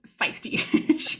feisty